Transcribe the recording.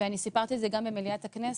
ואני סיפרתי את זה גם במליאת הכנסת,